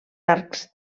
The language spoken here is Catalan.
arcs